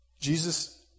Jesus